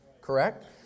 correct